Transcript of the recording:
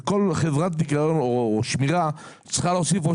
או כל חברת ניקיון או שמירה צריכה להוסיף,